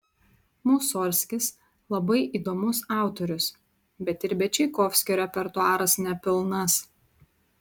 musorgskis labai įdomus autorius bet ir be čaikovskio repertuaras nepilnas